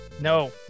No